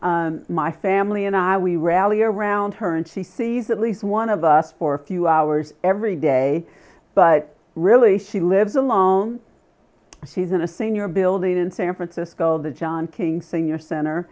herself my family and i we rally around her and she sees at least one of us for a few hours every day but really she lives a long season a senior building in san francisco the john king senior center